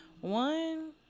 one